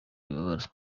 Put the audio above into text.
wibabara